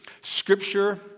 Scripture